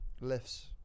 lifts